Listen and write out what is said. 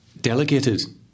delegated